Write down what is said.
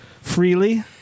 freely